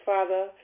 Father